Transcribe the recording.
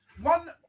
one